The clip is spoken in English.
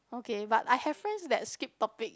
okay but I have friends that skip topic